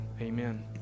amen